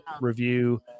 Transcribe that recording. review